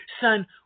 son